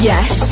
Yes